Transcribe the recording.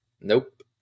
Nope